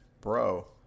bro